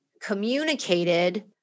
communicated